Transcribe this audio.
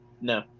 No